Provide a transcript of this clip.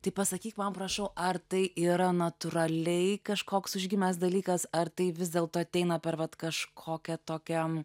tai pasakyk man prašau ar tai yra natūraliai kažkoks užgimęs dalykas ar tai vis dėlto ateina per vat kažkokią tokią